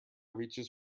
reaches